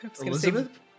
Elizabeth